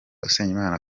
usengimana